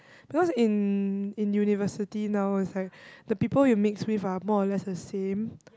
because in in University now is like the people you mix with are more or less the same